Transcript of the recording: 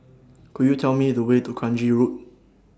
Could YOU Tell Me The Way to Kranji Road